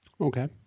okay